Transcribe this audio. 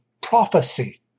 prophecy